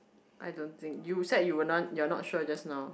I don't think you said you were non you are not sure just now